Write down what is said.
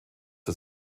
der